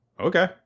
okay